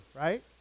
right